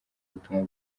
ubutumwa